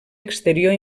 exterior